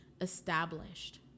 established